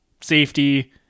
Safety